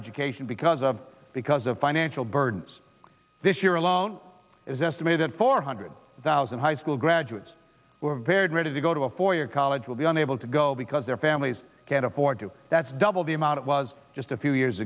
education because of because of financial burdens this year alone is estimated four hundred thousand high school graduates who are very ready to go to a four year college will be unable to go because their families can't afford to that's double the amount it was just a few years